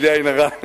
בלי עין הרע,